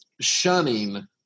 shunning